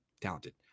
talented